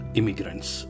immigrants